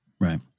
Right